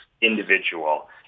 individual